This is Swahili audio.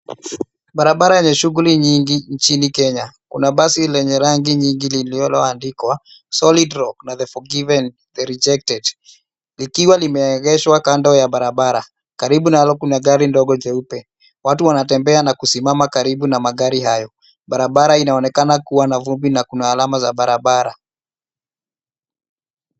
Barabara yenye shughuli nyingi nchini Kenya. Kuna basi lenye rangi nyingi lililoandikwa solid rock na the forgiven the rejected , likiwa limeegeshwa kando ya barabara. Karibu nalo kuna gari ndogo jeupe. Watu wanatembea na kusimama karibu na magari hayo. Barabara inaonekana kuwa na vumbi na kuna alama za barabara.